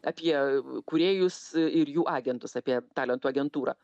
apie kūrėjus ir jų agentus apie talentų agentūrą